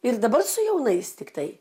ir dabar su jaunais tiktai